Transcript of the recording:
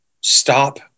stop